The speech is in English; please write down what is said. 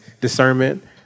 discernment